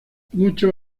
muchos